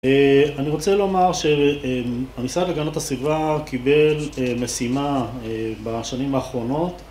אני רוצה לומר שהמשרד להגנת הסביבה קיבל משימה בשנים האחרונות